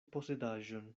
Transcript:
posedaĵon